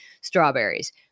strawberries